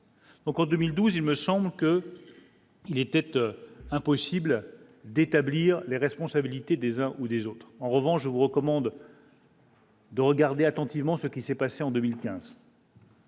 donc en 2012, il me semble que il était impossible d'établir les responsabilités des uns ou des autres, en revanche, je vous recommande. De regarder attentivement ce qui s'est passé en 2015.